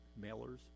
mailers